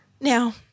Now